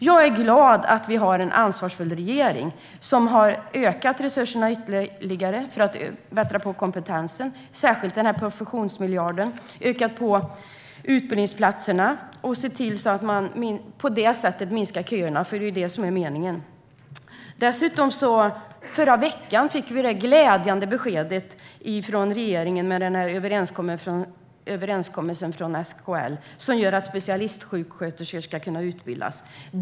Jag är glad att vi har en ansvarsfull regering som har ökat resurserna ytterligare för att förbättra kompetensen, särskilt professionsmiljarden, och ökat antalet utbildningsplatser för att på det sättet minska köerna, vilket är det som är meningen. Förra veckan fick vi dessutom det glädjande beskedet från regeringen om överenskommelsen med SKL, som gör att specialistsjuksköterskor ska kunna utbildas.